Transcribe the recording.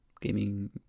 Gaming